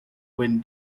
when